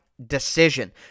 Decision